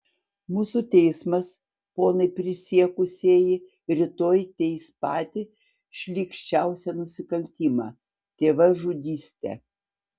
mūsų teismas ponai prisiekusieji rytoj teis patį šlykščiausią nusikaltimą tėvažudystę